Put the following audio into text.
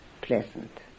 pleasant